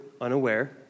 unaware